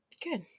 Good